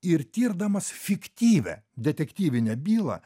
ir tirdamas fiktyvią detektyvinę bylą